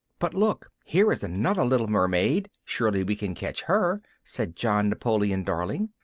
but look! here is another little mermaid! surely we can catch her! said john napoleon darling,